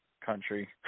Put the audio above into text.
country